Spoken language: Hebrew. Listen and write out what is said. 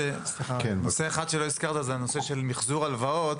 לא התייחסת למיחזור ההלוואות,